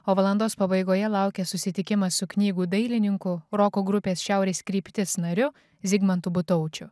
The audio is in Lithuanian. o valandos pabaigoje laukia susitikimas su knygų dailininku roko grupės šiaurės kryptis nariu zigmantu butaučiu